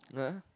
nah